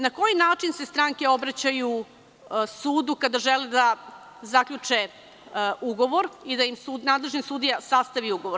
Na koji način se stranke obraćaju sudu kada žele da zaključe ugovor i da im nadležni sudija sastavi ugovor?